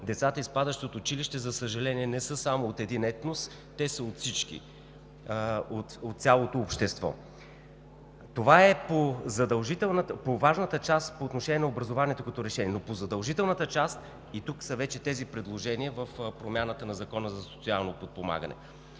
децата, изпадащи от училище, за съжаление, не са само от един етнос, те са от всички – от цялото общество. Това е по-важната част по отношение на образованието като решение, но по-задължителната част и тук вече са тези предложения за промяната на Закона за социално подпомагане